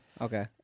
okay